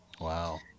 Wow